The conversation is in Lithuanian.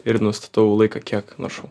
ir nustatau laiką kiek naršau